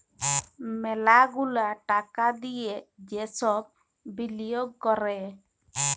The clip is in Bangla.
ম্যালা গুলা টাকা দিয়ে যে সব বিলিয়গ ক্যরে